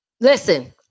Listen